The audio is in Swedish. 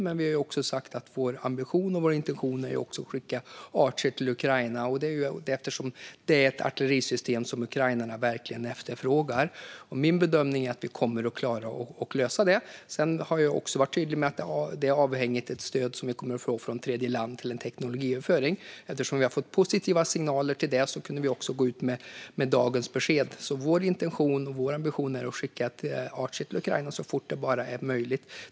Men vi har också sagt att vår ambition och vår intention är att skicka Archer till Ukraina, eftersom det är ett artillerisystem som ukrainarna verkligen efterfrågar. Min bedömning är att vi kommer att klara att lösa det. Sedan har jag också varit tydlig med att det är avhängigt ett stöd som vi kommer att få från tredjeland när det gäller en teknologiöverföring. Eftersom vi har fått positiva signaler om det kunde vi gå ut med dagens besked. Vår intention och vår ambition är alltså att skicka Archer till Ukraina så fort det är möjligt.